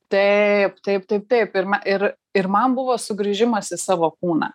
taip taip taip taip ir ir man buvo sugrįžimas į savo kūną